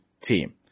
team